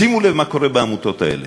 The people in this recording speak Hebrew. שימו לב מה קורה בעמותות האלה,